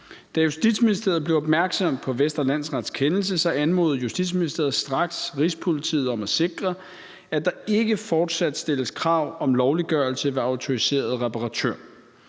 Da Justitsministeriet blev opmærksom på Vestre Landsrets kendelse, anmodede Justitsministeriet straks Rigspolitiet om at sikre, at der ikke fortsat stilles krav om lovliggørelse ved autoriseret reparatør.